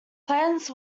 plans